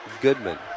Goodman